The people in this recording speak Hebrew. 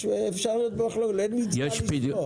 אפשר להיות במחלוקת ואין מצווה לשנוא.